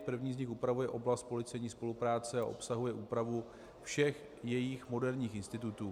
První z nich upravuje oblast policejní spolupráce a obsahuje úpravu všech jejích moderních institutů.